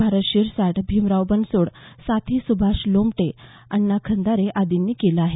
भारत शिरसाट भिमराव बनसोड साथी सुभाष लोमटे अण्णा खंदारे आदींनी केलं आहे